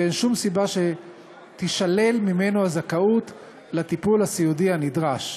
ואין שום סיבה שתישלל ממנו הזכאות לטיפול הסיעודי הנדרש.